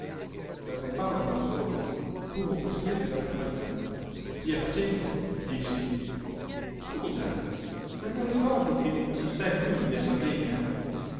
per non farlo andar solo fummo costretti ad accompagnarlo via facendo gli dissi scusa ma non ricordi che non ci stai piú in via sardegna